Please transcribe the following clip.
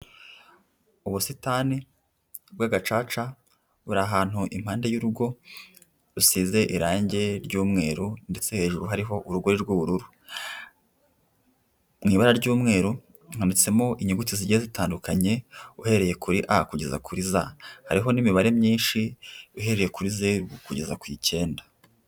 Ubusitani bw'agacaca buri ahantu impande y'urugo, rusize irange ry'umweru ndetse hejuru hariho urugore rw'ubururu. Mu ibara ry'umweru handitseho inyuguti zigiye zitandukanye uhereye kuri A kugeza kiri za, hariho n'imibare myinshi uhereye kuri zeru kugeza ku icyenda.